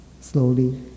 Slowly